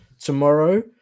tomorrow